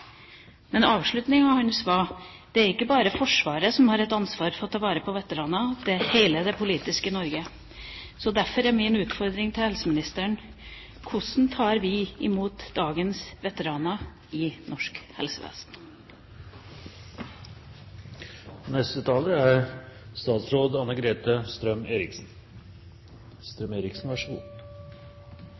Men avslutningen hans var: Det er ikke bare Forsvaret som har et ansvar for å ta vare på veteranene, det er hele det politiske Norge. Derfor er min utfordring til helseministeren: Hvordan tar vi imot dagens veteraner i norsk helsevesen?